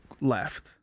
left